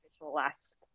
last